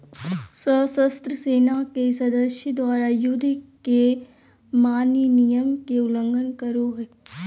सशस्त्र सेना के सदस्य द्वारा, युद्ध के मान्य नियम के उल्लंघन करो हइ